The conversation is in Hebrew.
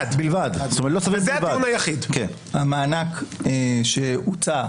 המענק שהוצע.